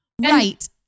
Right